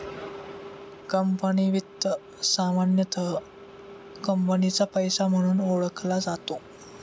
company वित्त सामान्यतः कंपनीचा पैसा म्हणून ओळखला जातो